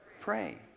Pray